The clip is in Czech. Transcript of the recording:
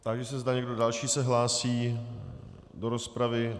Táži se, zda někdo další se hlásí do rozpravy.